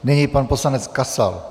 Nyní pan poslanec Kasal.